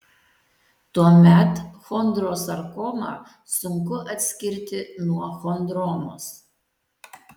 tuomet chondrosarkomą sunku atskirti nuo chondromos